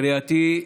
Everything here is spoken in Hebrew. קריאתי,